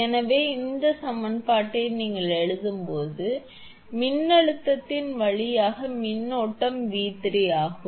எனவே நீங்கள் சமன்பாட்டை எழுதும்போது மின்னழுத்தத்தின் வழியாக மின்னோட்டம் 𝑉3 ஆகும்